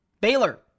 Baylor